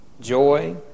joy